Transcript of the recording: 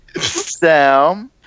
Sam